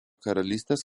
karalystės